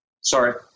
Sorry